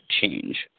change